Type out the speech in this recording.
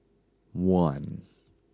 one